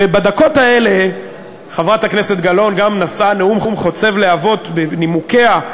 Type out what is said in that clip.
ובדקות האלה חברת הכנסת גלאון גם נשאה נאום חוצב להבות בנימוקיה,